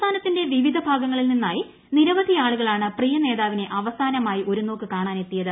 സംസ്ഥാനത്തിന്റെ വിവിധ ഭാഗങ്ങളിൽ നിന്നായി നിരവധിയാളുകളാണ് പ്രിയനേതാവിനെ അവസാനമായി ഒരു നോക്കു കാണാൻ എത്തിയത്